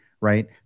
Right